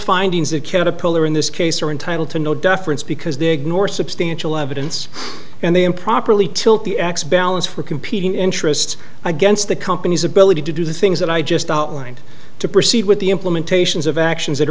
findings that caterpillar in this case are entitled to no deference because they ignore substantial evidence and they improperly tilt the axe balance for competing interests against the company's ability to do the things that i just outlined to proceed with the implementations of actions that